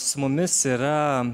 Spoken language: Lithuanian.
su mumis yra